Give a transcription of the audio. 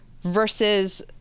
versus